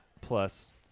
plus